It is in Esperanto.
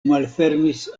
malfermis